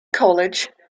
college